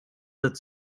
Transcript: that